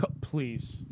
Please